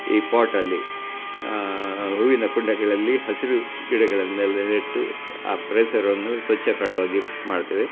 ಈ ಪಾಟಲ್ಲಿ ಹೂವಿನ ಕುಂಡಗಳಲ್ಲಿ ಹಸಿರು ಗಿಡಗಳನ್ನೆಲ್ಲ ನೆಟ್ಟು ಆ ಪರಿಸರವನ್ನು ಸ್ವಚ್ಛ ಕಾಣುವ ಹಾಗೆ ಮಾಡ್ತೇವೆ